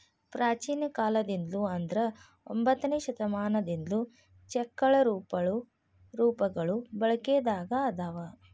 ಪ್ರಾಚೇನ ಕಾಲದಿಂದ್ಲು ಅಂದ್ರ ಒಂಬತ್ತನೆ ಶತಮಾನದಿಂದ್ಲು ಚೆಕ್ಗಳ ರೂಪಗಳು ಬಳಕೆದಾಗ ಅದಾವ